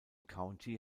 county